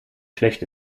schlecht